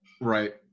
Right